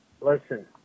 listen